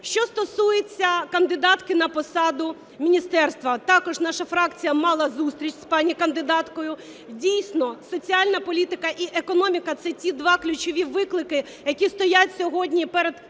Що стосується кандидатки на посаду міністерства. Також наша фракція мала зустріч з пані кандидаткою. Дійсно, соціальна політика і економіка – це ті два ключові виклики, які стоять сьогодні перед нинішнім